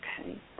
Okay